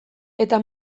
eta